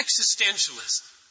existentialism